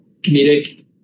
comedic